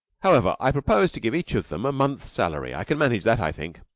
however, i propose to give each of them a month's salary. i can manage that, i think.